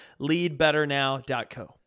leadbetternow.co